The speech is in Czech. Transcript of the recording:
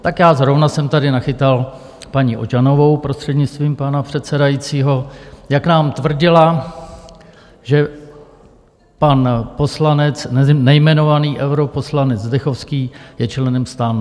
Tak já zrovna jsem tady nachytal paní Ožanovou, prostřednictvím pana předsedajícího, jak nám tvrdila, že pan poslanec, nejmenovaný europoslanec Zdechovský, je členem STAN.